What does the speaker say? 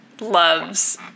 loves